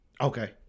Okay